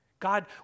God